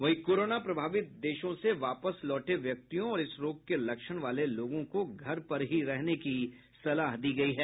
वहीं कोरोना प्रभावित देशों से वापस लौटे व्यक्तियों और इस रोग के लक्षण वाले लोगों को घर पर ही रहने की सलाह दी गई है